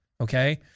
okay